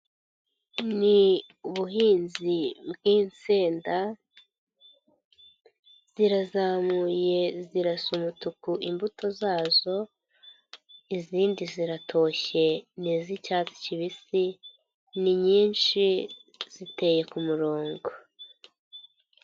Ni ubuhinzi bw'insenda, zirazamuye zirasa umutuku imbuto zazo, izindi ziratoshye, ni iz'icyatsi kibisi, ni nyinshi ziteye ku murongo.